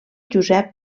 josep